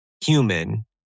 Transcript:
human